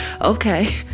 Okay